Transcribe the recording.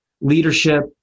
leadership